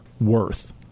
worth